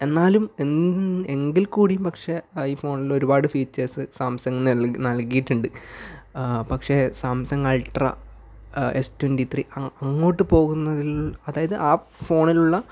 എന്നാലും എങ്കിൽ എങ്കിൽ കൂടിയും പക്ഷേ ഐഫോണിലുള്ള ഒരുപാട് ഫീച്ചേഴ്സ് സാംസങ് നൽ നൽകിയിട്ടുണ്ട് പക്ഷേ Samsung ultra S twenty three അങ്ങോട്ട് പോകുന്നതിൽ അതായത് ആ ഫോണിലുള്ള